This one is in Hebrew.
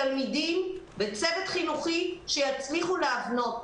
תלמידים וצוות חינוכי שיצליחו להבְנות.